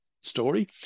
story